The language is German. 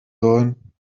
sollen